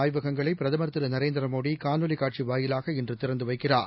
ஆய்வகங்களைபிரதமர் திருநரேந்திரமோடிகாணொலிகாட்சிவாயிலாக இன்றுதிறந்துவைக்கிறார்